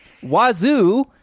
Wazoo